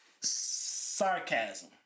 sarcasm